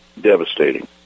devastating